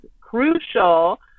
crucial